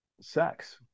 sex